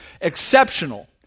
exceptional